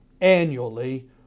annually